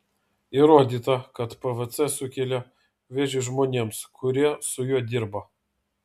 įrodyta kad pvc sukelia vėžį žmonėms kurie su juo dirba